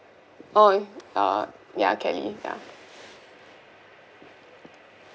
oh uh ya kelly ya